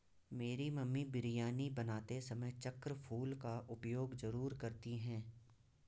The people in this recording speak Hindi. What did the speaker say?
मेरी मम्मी बिरयानी बनाते समय चक्र फूल का उपयोग जरूर करती हैं